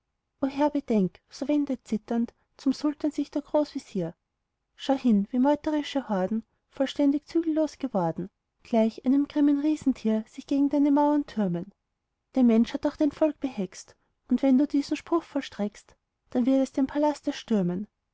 bedenk so wendet zitternd zum sultan sich der großvezier schau hin wie meuterische horden vollständig zügellos geworden gleich einem grimmen riesentier sich gegen deine mauern türmen der mensch hat auch dein volk behext und wenn du diesen spruch vollstreckst dann wird es den palast erstürmen